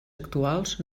actuals